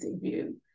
view